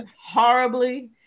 horribly